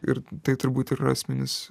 ir tai turbūt ir yra esminis